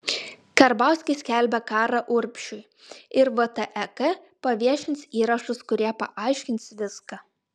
karbauskis skelbia karą urbšiui ir vtek paviešins įrašus kurie paaiškins viską